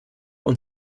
und